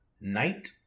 night